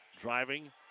Driving